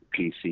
PC